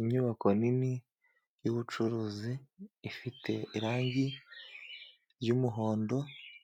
Inyubako nini y'ubucuruzi, ifite irangi ry'umuhondo